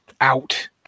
out